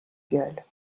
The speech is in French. gueules